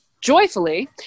joyfully